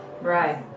Right